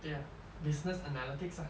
ya business analytics lah